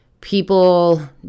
people